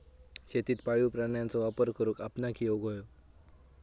शेतीत पाळीव प्राण्यांचो वापर करुक आपणाक येउक हवो